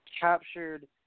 captured